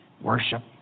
Worship